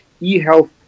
E-health